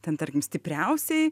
ten tarkim stipriausiai